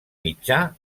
mitjà